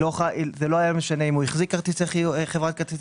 זה לא היה משנה אם הוא החזיק חברת כרטיסי